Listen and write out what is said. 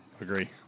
Agree